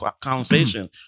conversation